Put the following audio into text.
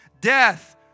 Death